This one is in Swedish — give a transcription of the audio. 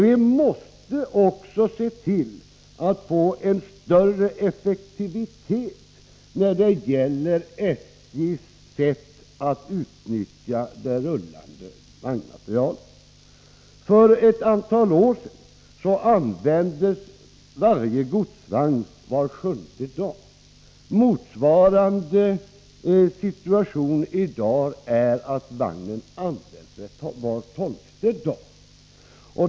Vi måste också se till att vi får en större effektivitet i SJ:s sätt att utnyttja den rullande materielen. För ett antal år sedan användes varje godsvagn var sjunde dag. Nu används motsvarande vagn var tolfte dag.